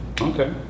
Okay